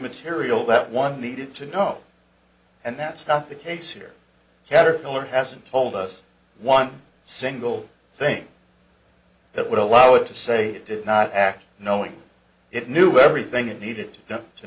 material that one needed to know and that's not the case here caterpillar hasn't told us one single thing that would allow it to say it did not act knowing it knew everything it needed to